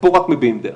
פה רק מביעים דעה.